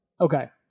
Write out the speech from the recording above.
Okay